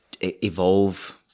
evolve